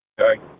Okay